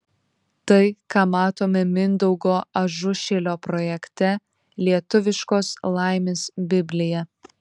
tai ką matome mindaugo ažušilio projekte lietuviškos laimės biblija